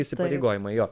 įsipareigojimai jo